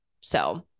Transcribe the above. So-